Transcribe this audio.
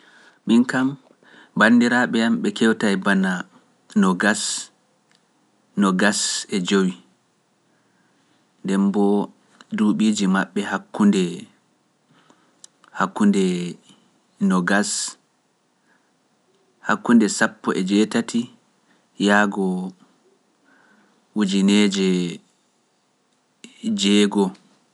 Min kam banndiraaɓe am ɓe kewtay bana nogas e jowi(twenty five). Nde mbo duuɓiiji maɓɓe hakkunde no gas hakkunde sappo e jeetati yaago ujineeje jeego.